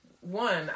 one